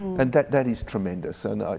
and that that is tremendous. and